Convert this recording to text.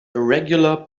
irregular